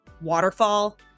waterfall